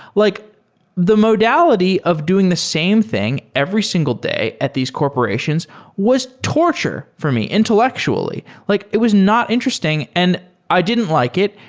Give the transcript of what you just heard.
like the modality of doing the same thing every single day at these corporations was torture for me, intellectually. like it was not interesting and i didn't like it,